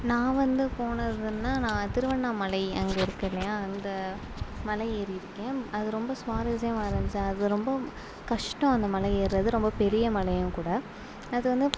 நான் வந்து போனதுன்னால் நான் திருவண்ணாமலை அங்கே இருக்குது இல்லையா அந்த மலை ஏறியிருக்கேன் அது ரொம்ப சுவாரஸ்யமாக இருந்துச்சு அது ரொம்ப கஷ்டம் அந்த மலை ஏறுவது ரொம்ப பெரிய மலையும் கூட அதுவந்து